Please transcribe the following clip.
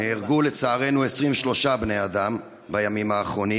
נהרגו, לצערנו, 23 בני אדם בימים האחרונים.